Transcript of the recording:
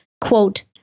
quote